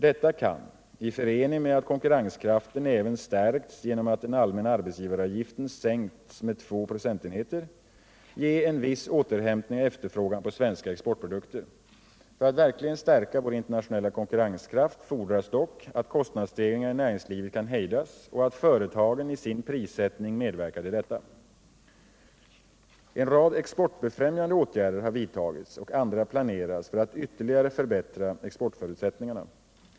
Detta kan — i förening med att konkurrenskraften även stärkts genom att den allmänna arbetsgivaravgiften sänkts med två procentenheter — ge en viss återhämtning av efterfrågan på svenska exportprodukter. För att verkligen stärka vår internationella konkurrenskraft fordras dock att kostnadsstegringarna i näringslivet kan hedjas och att företagen i sin prissättning medverkar till detta. En rad exportfrämjande åtgärder har vidtagits och andra planeras för att ytterligare förbättra exportförutsättningarna.